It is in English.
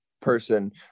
person